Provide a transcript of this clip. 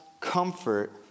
comfort